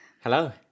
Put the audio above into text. hello